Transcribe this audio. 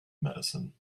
medicine